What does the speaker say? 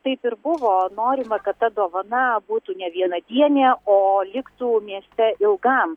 taip ir buvo norima kad ta dovana būtų ne vienadienė o liktų mieste ilgam